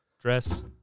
Dress